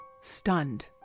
stunned